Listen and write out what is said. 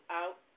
out